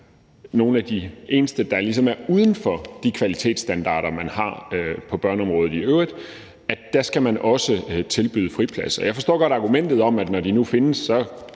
nogle af de eneste, der ligesom er uden for de kvalitetsstandarder, man har på børneområdet i øvrigt, også skal tilbyde fripladser. Jeg forstår godt argumentet om, at når de nu findes,